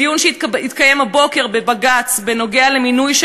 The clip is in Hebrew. בדיון שהתקיים הבוקר בבג"ץ בנוגע למינוי של